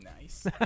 nice